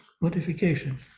modification